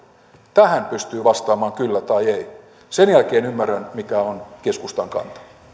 tähän pystyy vastaamaan kyllä tai ei sen jälkeen ymmärrän mikä on keskustan kanta